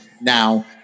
now